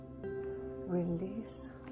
release